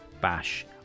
bash